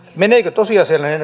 niin vihamiehet